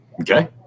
Okay